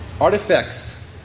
Artifacts